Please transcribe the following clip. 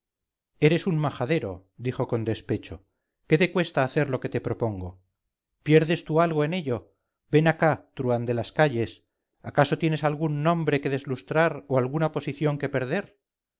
eres un majadero dijo con despecho qué te cuesta hacer lo que te propongo pierdes tú algo en ello ven acá truhán de las calles acaso tienes algún nombre que deslustrar o alguna posición que perder